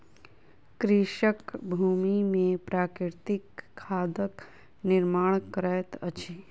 कृषक भूमि में प्राकृतिक खादक निर्माण करैत अछि